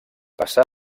passà